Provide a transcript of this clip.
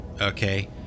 okay